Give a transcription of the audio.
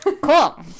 Cool